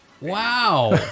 Wow